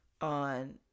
on